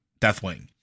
Deathwing